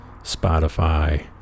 Spotify